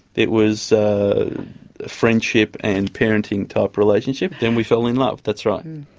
it was a friendship and parenting type relationship, then we fell in love, that's right. and